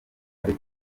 ari